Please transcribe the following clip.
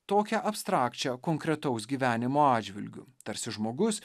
tokią abstrakčią konkretaus gyvenimo atžvilgiu tarsi žmogus